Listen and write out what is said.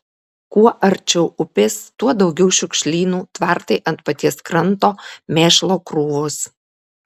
kuo arčiau upės tuo daugiau šiukšlynų tvartai ant paties kranto mėšlo krūvos